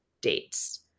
dates